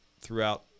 throughout